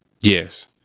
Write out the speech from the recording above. Yes